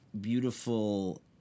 beautiful